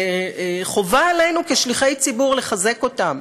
חובה עלינו, כשליחי ציבור, לחזק אותם